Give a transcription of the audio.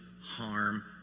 harm